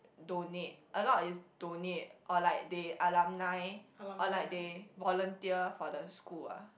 donate a lot is donate or like they alumni or like they volunteer for the school ah